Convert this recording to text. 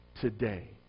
today